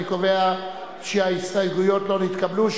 אני קובע שההסתייגויות לא נתקבלו,